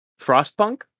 Frostpunk